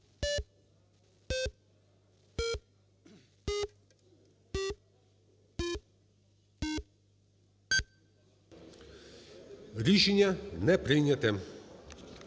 Рішення не прийнято.